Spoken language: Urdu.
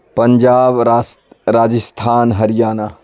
پنجاب راجستھان ہریانہ